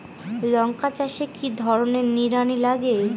লঙ্কা চাষে কি ধরনের নিড়ানি লাগে?